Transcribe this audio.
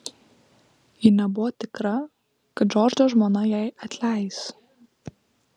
ji nebuvo tikra kad džordžo žmona jai atleis